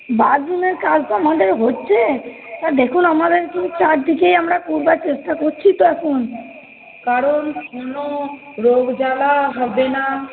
বাথরুমের কাজ তো আমাদের হচ্ছে আর দেখুন আমাদের কি চারদিকেই আমরা কুড়বার চেষ্টা করছি তো এখন কারণ কোন রোগ জ্বালা হবে না